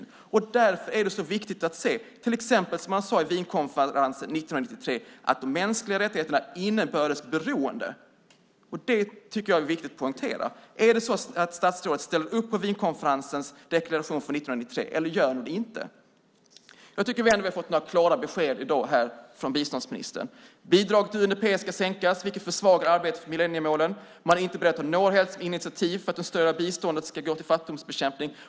Därför är det så viktigt att se, som man sade i Wienkonferensen 1993, de mänskliga rättigheternas inbördes beroende, och det tycker jag är viktigt att poängtera. Är det så att statsrådet ställer upp på Wienkonferensens deklaration från 1993 eller gör hon det inte? Jag tycker ändå att vi har fått några klara besked i dag från biståndsministern. Bidraget till UNDP ska sänkas, vilket försvagar arbetet för millenniemålen. Regeringen är inte beredd att ta initiativ för att en större del av biståndet ska gå till fattigdomsbekämpning.